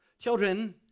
Children